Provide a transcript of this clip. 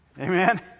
Amen